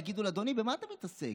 יגידו לו: אדוני, במה אתה מתעסק?